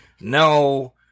No